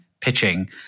pitching